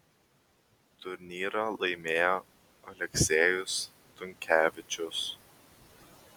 turnyrą laimėjo aleksejus dunkevičius